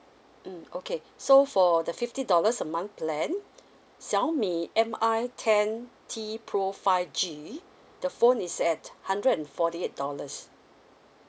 mm okay so for the fifty dollars a month plan Xiaomi M_I ten T pro five G the phone is at hundred and forty eight dollars